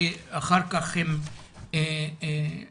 שאחר כך הם אמרו,